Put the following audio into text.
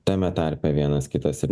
tame tarpe vienas kitas ir